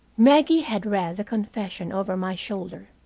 maggie had read the confession over my shoulder,